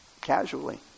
casually